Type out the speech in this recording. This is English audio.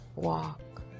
Walk